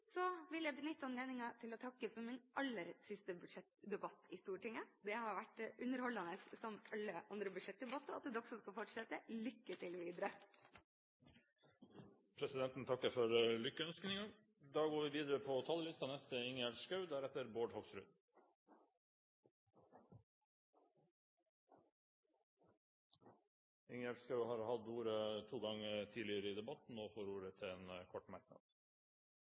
vil jeg benytte anledningen til å takke for det som har vært min aller siste budsjettdebatt i Stortinget. Det har vært underholdende – som alle andre budsjettdebatter. Og til alle som skal fortsette: Lykke til videre! Presidenten takker for lykkønskningen. Ingjerd Schou har hatt ordet to ganger tidligere i debatten og får ordet til en kort merknad,